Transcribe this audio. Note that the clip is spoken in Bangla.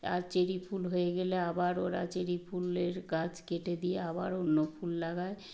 আর চেরি ফুল হয়ে গেলে আবার ওরা চেরি ফুলের গাছ কেটে দিয়ে আবার অন্য ফুল লাগায়